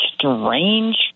strange